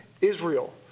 Israel